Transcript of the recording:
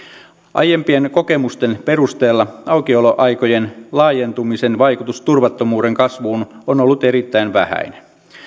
aiempien kokemusten perusteella aukioloaikojen laajentumisen vaikutus turvattomuuden kasvuun on ollut erittäin vähäinen